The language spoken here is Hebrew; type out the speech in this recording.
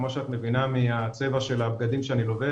כמו שאת מבינה מהצבע של הבגדים שאני לובש,